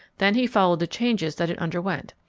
then he followed the changes that it underwent.